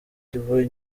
kivu